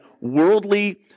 worldly